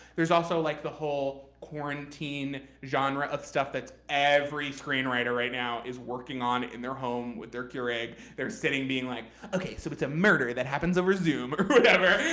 there's also like the whole quarantine genre of stuff that every screenwriter right now is working on in their home with their keurig. they're sitting being like, ok, so it's a murder that happens over zoom, or whatever.